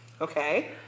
okay